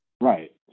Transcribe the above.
Right